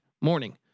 morning